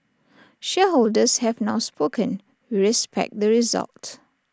shareholders have now spoken we respect the result